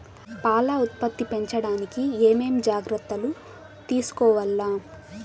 పాల ఉత్పత్తి పెంచడానికి ఏమేం జాగ్రత్తలు తీసుకోవల్ల?